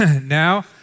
now